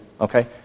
okay